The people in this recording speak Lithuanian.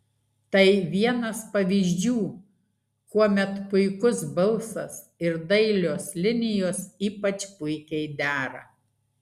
tai vienas pavyzdžių kuomet puikus balsas ir dailios linijos ypač puikiai dera